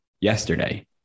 yesterday